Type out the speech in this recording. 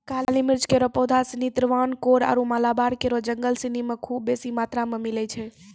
काली मिर्च केरो पौधा सिनी त्रावणकोर आरु मालाबार केरो जंगल सिनी म खूब बेसी मात्रा मे मिलै छै